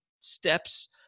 steps